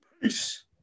Peace